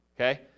okay